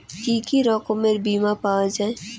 কি কি রকমের বিমা পাওয়া য়ায়?